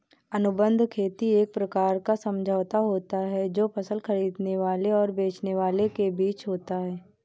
अनुबंध खेती एक प्रकार का समझौता होता है जो फसल खरीदने वाले और बेचने वाले के बीच होता है